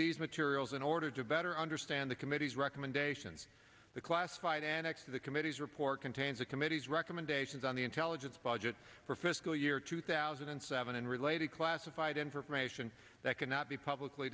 these materials in order to better understand the committee's recommendations the classified annex of the committee's report contains the committee's recommendations on the intelligence budget for fiscal year two thousand and seven and related classified information that cannot be publicly